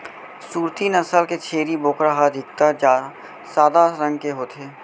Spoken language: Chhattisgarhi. सूरती नसल के छेरी बोकरा ह अधिकतर सादा रंग के होथे